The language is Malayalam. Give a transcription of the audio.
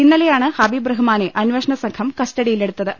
ഇന്നലെയാണ് ഹബീബ് റഹ്മാനെ അന്വേ ഷണസംഘം കസ്റ്റഡിയിലെടുത്തത്